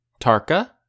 Tarka